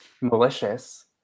malicious